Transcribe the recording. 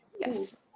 Yes